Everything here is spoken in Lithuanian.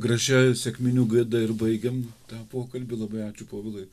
gražia sekminių gaida ir baigiam tą pokalbį labai ačiū povilai